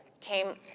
came